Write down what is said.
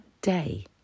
day